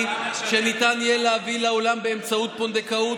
שניתן יהיה להביא לעולם באמצעות פונדקאות,